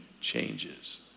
changes